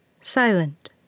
Silent